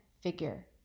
figure